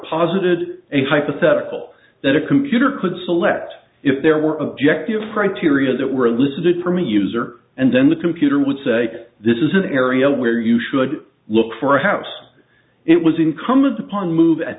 positive a hypothetical that a computer could select if there were objective criteria that were looted from a user and then the computer would say this is an area where you should look for a house it was incumbent upon move at